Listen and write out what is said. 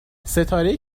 ستاره